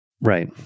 Right